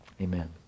Amen